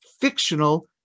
fictional